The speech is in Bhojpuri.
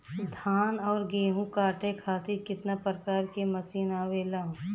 धान और गेहूँ कांटे खातीर कितना प्रकार के मशीन आवेला?